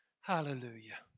Hallelujah